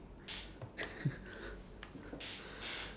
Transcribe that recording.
ya can that also that's also one good thing lah